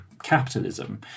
capitalism